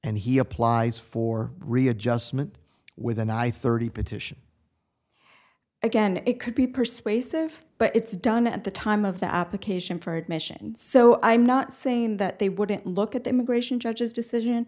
and he applies for readjustment with an i thirty petition again it could be persuasive but it's done at the time of the application for admission so i'm not saying that they wouldn't look at the immigration judge's decision